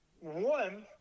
One